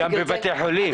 גם בבתי חולים.